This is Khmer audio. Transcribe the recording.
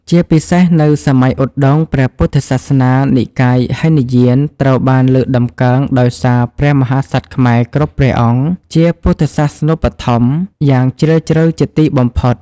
ជាពិសេស នៅសម័យឧត្តុង្គ ព្រះពុទ្ធសាសនានិកាយហីនយានត្រូវបានលើកតម្កើង ដោយសារ ព្រះមហាក្សត្រខ្មែរគ្រប់ព្រះអង្គជា ពុទ្ធសាសនូបត្ថម្ភក៏យ៉ាងជ្រាលជ្រៅជាទីបំផុត។